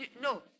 No